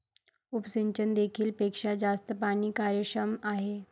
उपसिंचन देखील पेक्षा जास्त पाणी कार्यक्षम आहे